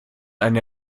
eine